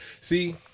See